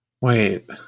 Wait